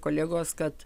kolegos kad